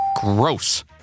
Gross